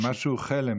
זה חלם,